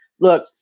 look